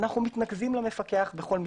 אנו מתנקזים למפקח בכל מקרה.